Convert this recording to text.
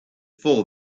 full